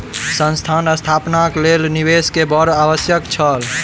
संस्थान स्थापनाक लेल निवेश के बड़ आवश्यक छल